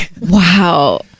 Wow